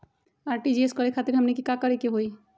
RTGS करे खातीर हमनी के का करे के हो ई?